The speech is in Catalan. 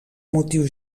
motius